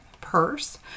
purse